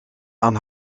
aan